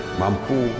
mampu